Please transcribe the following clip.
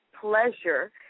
pleasure